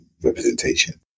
representation